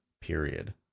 period